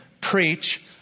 preach